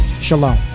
Shalom